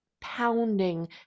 pounding